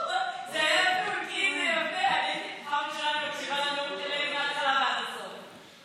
פעם ראשונה אני מקשיבה לנאום של אלי מההתחלה ועד הסוף.